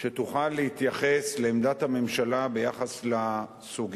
שיוכלו להתייחס לעמדת הממשלה בסוגיות